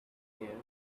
here